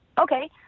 Okay